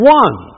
one